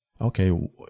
Okay